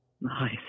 Nice